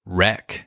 Wreck